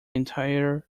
entire